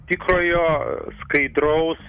tikrojo skaidraus